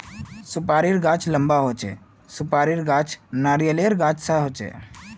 सुपारीर गाछ लंबा होचे, सुपारीर गाछ नारियालेर गाछेर सा होचे